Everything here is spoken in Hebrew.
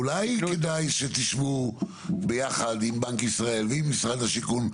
אולי כדאי שתשבו ביחד עם בנק ישראל ועם משרד השיכון,